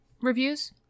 reviews